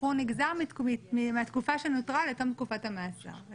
השחרור נגזר מהתקופה שנותרה לתום תקופת המאסר.